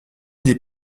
des